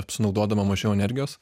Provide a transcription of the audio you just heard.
sunaudodama mažiau energijos